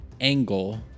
angle